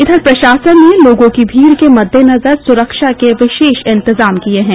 इधर प्रशासन ने लोगों की भीड़ के मद्देनजर सुरक्षा के विशेष इंतजाम किये गये हैं